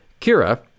Kira